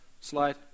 slide